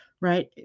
right